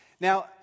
Now